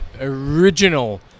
original